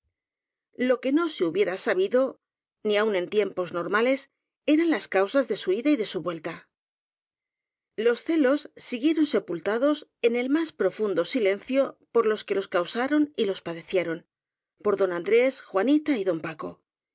lo que no se hubiera sabido ni aun en tiempos normales eran las causas de su ida y de su vuelta los celos siguieron sepultados en el más profundo silencio por los que los causaron y los padecieron por don andrés juanita y don paco